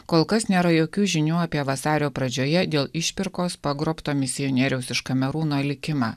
kol kas nėra jokių žinių apie vasario pradžioje dėl išpirkos pagrobto misionieriaus iš kamerūno likimą